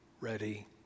ready